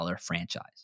franchise